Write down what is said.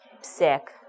sick